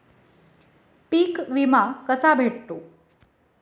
पीक विमा कसा भेटतो?